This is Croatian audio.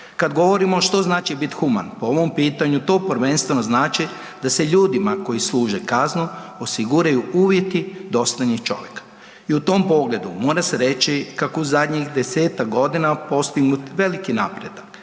Kad govorimo što znači biti human, po mom pitanju to prvenstveno znači da se ljudima koji služe kaznu osiguraju uvjeti dostojni čovjeka. I u tom pogledu mora se reći kako u zadnjih desetak godina postignut veliki napredak.